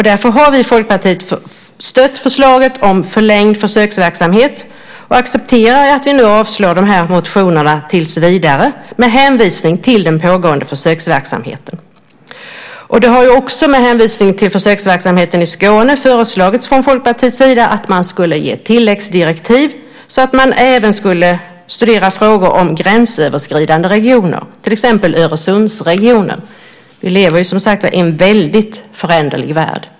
Därför har vi i Folkpartiet stött förslaget om förlängd försöksverksamhet och accepterar att vi avslår motionerna tills vidare med hänvisning till den pågående försöksverksamheten. Det har också med hänvisning till försöksverksamheten i Skåne föreslagits från Folkpartiets sida att man skulle ge ett tilläggsdirektiv så att man även skulle studera frågor om gränsöverskridande regioner, till exempel Öresundsregionen. Vi lever, som sagt, i en väldigt föränderlig värld.